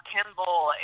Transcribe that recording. Kimball